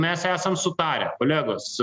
mes esam sutarę kolegos